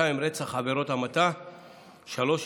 רצח ועבירות המתה והתאבדות,